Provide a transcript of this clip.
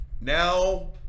Now